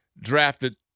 drafted